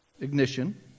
ignition